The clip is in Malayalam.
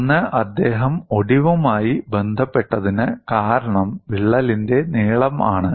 ഒന്ന് അദ്ദേഹം ഒടിവുമായി ബന്ധപ്പെട്ടതിനു കാരണം വിള്ളലിന്റെ നീളം ആണ്